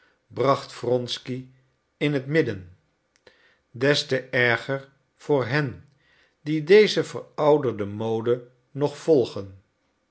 bracht wronsky in het midden des te erger voor hen die deze verouderde mode nog volgen